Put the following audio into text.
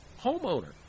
homeowner